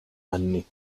anni